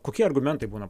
kokie argumentai būna